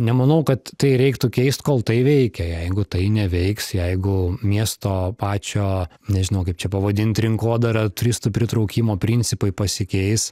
nemanau kad tai reiktų keist kol tai veikia jeigu tai neveiks jeigu miesto pačio nežinau kaip čia pavadint rinkodara turistų pritraukimo principai pasikeis